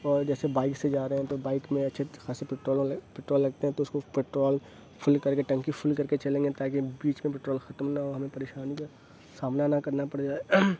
اور جیسے بائک سے جارہے ہیں تو بائک میں اچھے خاصے پٹرول پٹرول لگتے ہیں تو اُس کو پٹرول فل کر کے ٹنکی فل کرکے چلیں گے تا کہ بیچ میں پٹرول ختم نہ ہو ہمیں پریشانی کا سامنا نہ کرنا پڑ جائے